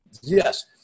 Yes